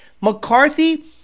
McCarthy